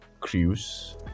cruise